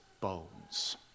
bones